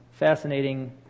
fascinating